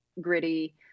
gritty